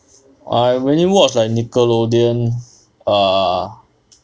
I err mainly watch like nickelodeon ah